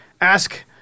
ask